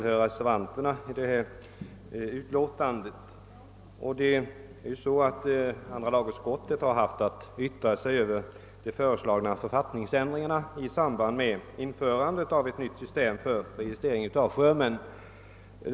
Herr talman! Andra lagutskottet har haft att yttra sig över de föreslagna författningsändringarna i samband med införandet av ett nytt system för registrering av sjömän, och jag är en av dem som har reserverat sig mot utskottets utlåtande.